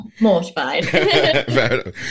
mortified